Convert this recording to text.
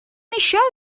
show